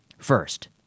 First